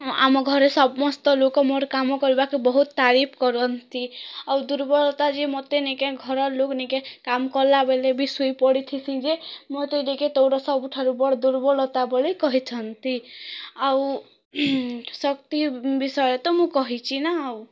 ଆମ ଘରେ ସମସ୍ତ ଲୋକ ମୋର କାମ କରିବାକୁ ବହୁତ ତାରିଫ କରନ୍ତି ଆଉ ଦୁର୍ବଳତା ଯେ ମୋତେ ନେଇଁକେ ଘରଲୁକ ନିକେ କାମ୍ କଲାବେଳେ ବି ଶୋଇପଡ଼ି ଥିସି ଯେ ମୋତେ ଟିକିଏ ଦୌଡ଼ି ସବୁଠାରୁ ବଡ଼ ଦୁର୍ବଳତା ବୋଲି କହିଛନ୍ତି ଆଉ ଶକ୍ତି ବିଷୟରେ ତ ମୁଁ କହିଛି ନା ଆଉ